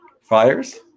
Fires